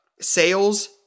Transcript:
sales